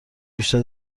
بیشتر